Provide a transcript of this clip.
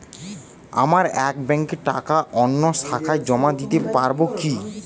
আমার এক ব্যাঙ্কের টাকা অন্য শাখায় জমা দিতে পারব কি?